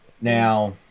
Now